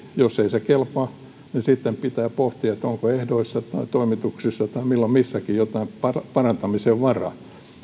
jos ei se kelpaa niin sitten pitää pohtia onko ehdoissa toimituksissa tai milloin missäkin jotain parantamisen varaa